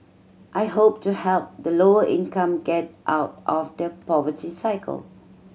I hope to help the lower income get out of the poverty cycle